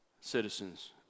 citizens